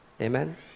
Amen